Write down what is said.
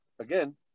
again